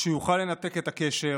שיוכל לנתק את הקשר